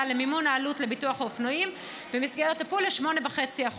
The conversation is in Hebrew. למימון העלות לביטוח אופנועים במסגרת הפול ל-8.5%.